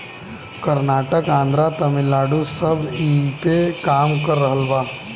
कर्नाटक, आन्द्रा, तमिलनाडू सब ऐइपे काम कर रहल बा